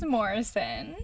Morrison